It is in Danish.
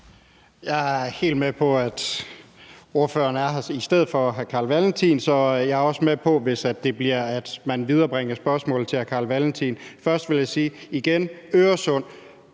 Jeg er helt med på, at ordføreren er her i stedet for hr. Carl Valentin, så jeg er også med på det, hvis det bliver sådan, at man viderebringer spørgsmålet til hr. Carl Valentin. Først vil jeg sige – igen – om de